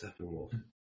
Steppenwolf